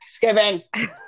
Thanksgiving